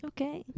Okay